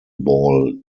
ball